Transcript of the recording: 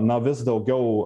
na vis daugiau